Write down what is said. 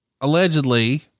allegedly